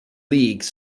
league